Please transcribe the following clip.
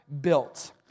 built